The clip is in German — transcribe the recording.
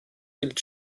gilt